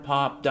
Pop